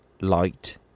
Light